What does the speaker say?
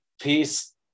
peace